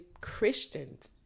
Christians